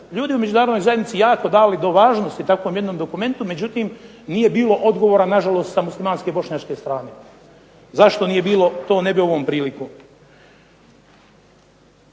ljudi u Međunarodnoj zajednici jako dali do važnosti jednom takvom dokumentu međutim, nije bilo odgovora sa muslimansko-bošnjačke strane. Zašto nije bilo to ne bih ovom prilikom.